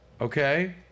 okay